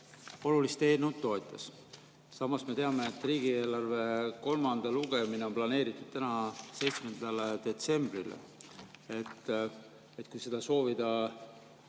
olulist eelnõu toetas. Samas me teame, et riigieelarve kolmas lugemine on planeeritud 7. detsembrile. Kui seda soovida